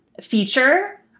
feature